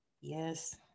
Yes